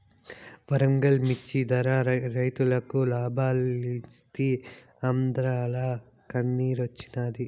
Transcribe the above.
వరంగల్ మిచ్చి ధర రైతులకి లాబాలిస్తీ ఆంద్రాల కన్నిరోచ్చినాది